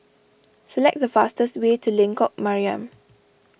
select the fastest way to Lengkok Mariam